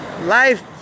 life